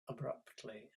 abruptly